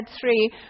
three